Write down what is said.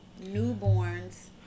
newborns